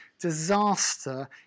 disaster